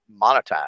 monetize